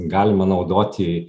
galima naudoti